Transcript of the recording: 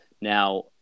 Now